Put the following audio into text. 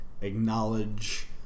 acknowledge